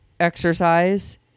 Exercise